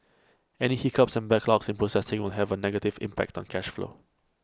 any hiccups and backlogs in processing will have A negative impact on cash flow